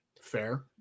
Fair